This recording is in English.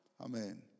amen